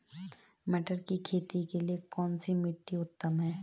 मटर की खेती के लिए कौन सी मिट्टी उत्तम है?